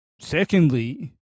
secondly